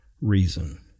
reason